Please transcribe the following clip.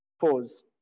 pause